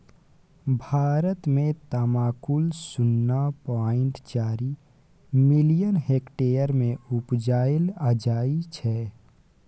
भारत मे तमाकुल शुन्ना पॉइंट चारि मिलियन हेक्टेयर मे उपजाएल जाइ छै